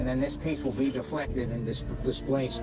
and then this piece will be deflected and this this place